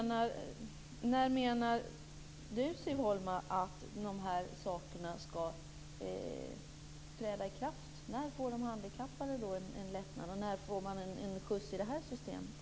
När menar Siv Holma att de här sakerna skall träda i kraft? När får de handikappade en lättnad? När får man en skjuts i det här systemet?